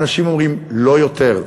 אנשים אומרים: לא יותר.